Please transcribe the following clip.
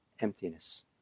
emptiness